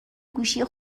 گوشی